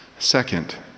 Second